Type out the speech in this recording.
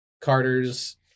Carter's